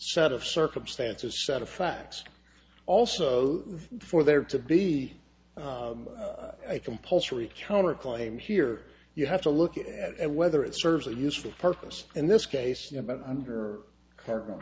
set of circumstances set of facts also for there to be a compulsory counterclaim here you have to look at whether it serves a useful purpose in this case you know but under c